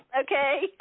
Okay